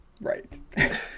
Right